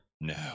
No